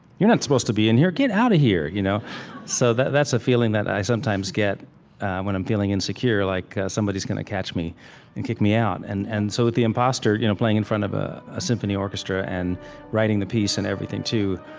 you're not supposed to be in here. get out of here. you know so that's a feeling that i sometimes get when i'm feeling insecure, like somebody's going to catch me and kick me out. and and so with the impostor, you know playing in front of ah a symphony orchestra and writing the piece and everything too,